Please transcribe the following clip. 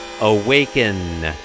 Awaken